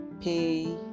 pay